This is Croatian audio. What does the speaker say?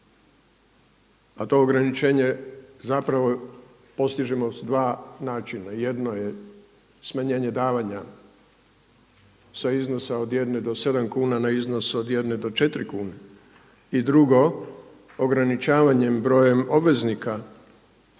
a to ograničenje zapravo postižemo sa dva načina, jedno je smanjenje davanja sa iznosa od 1 do 7 kuna na iznos od 1 do 4 kune. I drugo ograničavanjem brojem obveznika